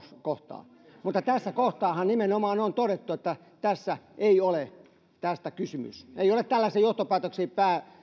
kohtaan mutta tässä kohtaahan nimenomaan on todettu että tässä ei ole tästä kysymys ei ole tällaisiin johtopäätöksiin